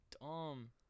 dumb